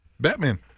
Batman